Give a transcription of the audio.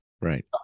right